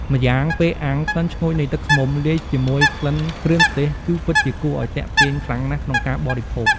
ម្យ៉ាងពេលអាំង ក្លិនឈ្ងុយនៃទឹកឃ្មុំលាយជាមួយក្លិនគ្រឿងទេស គឺពិតជាគួរឱ្យទាក់ទាញខ្លាំងណាស់ក្នុងការបរិភោគ។